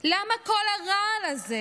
למה כל הרעל הזה?